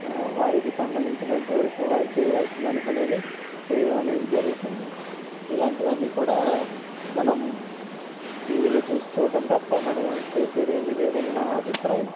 వారికి సంబంధించినంతవరకు వారు చేయాల్సింది అనుకునేది చేయడం అనేది జరుగుతుంది ఇలాంటివన్నీ కూడా మనం టీవీలో చూసి చూడ్డం తప్ప మనం చేసేది ఏమీ లేదని నా అభిప్రాయం